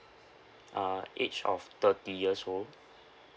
uh age of thirty years old